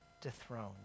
dethroned